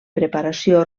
preparació